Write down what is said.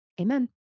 Amen